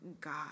God